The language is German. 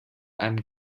einem